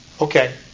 Okay